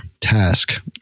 task